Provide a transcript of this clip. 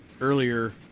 earlier